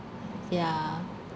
yeah